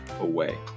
away